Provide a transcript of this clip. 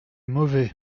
mauvais